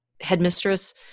headmistress